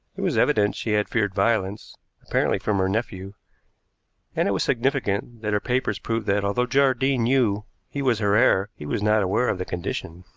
it was evident she had feared violence apparently from her nephew and it was significant that her papers proved that, although jardine knew he was her heir, he was not aware of the condition.